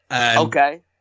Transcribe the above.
Okay